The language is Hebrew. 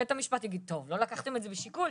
בית המשפט יגיד 'טוב, לא לקחתם את זה בשיקול?